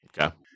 okay